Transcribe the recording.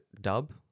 dub